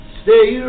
stay